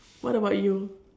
what about you